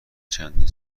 چندین